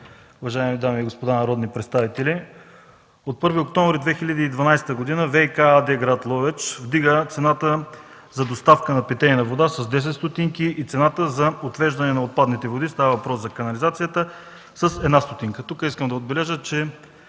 уважаеми дами и господа народни представители! От 1 октомври 2012 г. „Водоснабдяване и канализация” ЕООД – град Ловеч, вдига цената за доставка на питейна вода с 10 стотинки и цената за отвеждане на отпадните води – става въпрос за канализацията, с 1 стотинка. Тук искам да отбележа, че